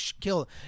kill